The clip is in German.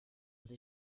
sie